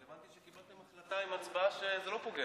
אבל הבנתי שקיבלתם החלטה עם הצבעה שזה לא פוגע.